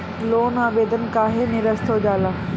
Loan आवेदन काहे नीरस्त हो जाला?